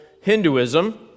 Hinduism